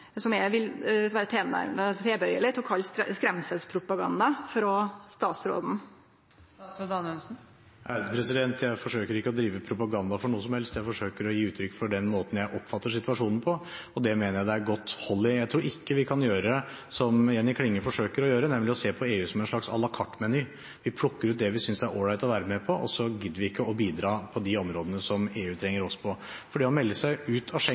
statsråden. Jeg forsøker ikke å drive propaganda for noe som helst; jeg forsøker å gi uttrykk for den måten jeg oppfatter situasjonen på, og det mener jeg det er godt hold i. Jeg tror ikke vi kan gjøre som Jenny Klinge forsøker å gjøre, nemlig å se på EU som en slags à la carte-meny: Vi plukker ut det vi synes det er all right å være med på, og så gidder vi ikke bidra på de områdene der EU trenger oss. Det å melde seg ut av